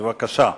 בבקשה.